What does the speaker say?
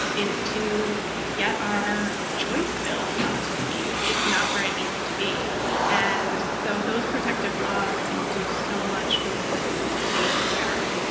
is to get our choice bill up to speed. it's not where it needs to be and so those protective laws can do so much for the citizens of the states where